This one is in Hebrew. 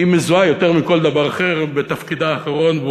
היא מזוהה יותר מכל דבר אחר בתפקידה האחרון,